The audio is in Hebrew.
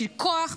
בשביל כוח,